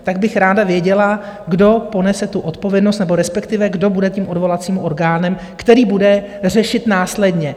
Tak bych ráda věděla, kdo ponese tu odpovědnost, nebo respektive kdo bude odvolacím orgánem, který bude řešit následně.